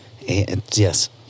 Yes